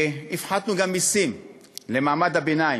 הפחתנו גם מסים למעמד הביניים,